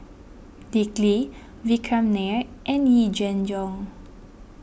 Dick Lee Vikram Nair and Yee Jenn Jong